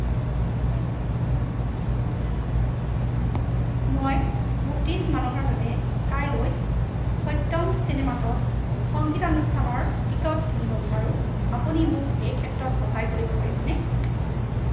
মই বত্ৰিছ মানুহৰ বাবে কাইলৈত সত্যম চিনেমাছত সংগীতানুষ্ঠানৰ টিকট কিনিব বিচাৰোঁ আপুনি মোক এই ক্ষেত্ৰত সহায় কৰিব পাৰিবনে